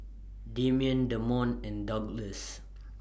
Demian Damon and Douglass